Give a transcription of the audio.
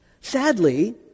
Sadly